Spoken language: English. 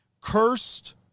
cursed